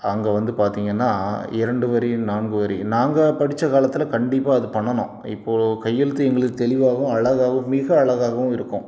அங்கே வந்து பார்த்திங்கன்னா இரண்டு வரியும் நான்கு வரி நாங்கள் படித்த காலத்தில் கண்டிப்பாக அது பண்ணணும் இப்போ கையெழுத்து எங்களுக்கு தெளிவாகவும் அழகாவும் மிக அழகாகவும் இருக்கும்